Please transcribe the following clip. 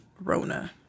rona